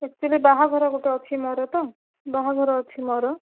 actually ବାହାଘର ଗୋଟେ ଅଛି ମୋର ତ ବାହାଘର ଅଛି ମୋର